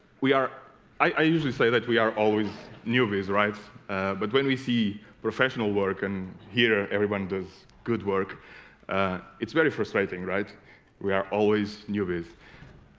we are i usually say that we are always new ways right but when we see professional work and here everyone does good work it's very frustrating right we are always nervous